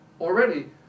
Already